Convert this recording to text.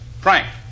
Frank